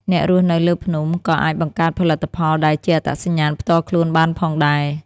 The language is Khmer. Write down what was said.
អ្នករស់នៅលើភ្នំ ក៏អាចបង្កើតផលិតផលដែលជាអត្តសញ្ញាណផ្ទាល់ខ្លួនបានផងដែរ។